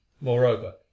moreover